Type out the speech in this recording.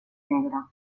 negre